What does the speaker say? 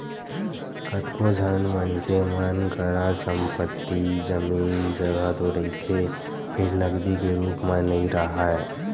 कतको झन मनखे मन करा संपत्ति, जमीन, जघा तो रहिथे फेर नगदी के रुप म नइ राहय